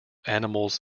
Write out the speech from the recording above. animals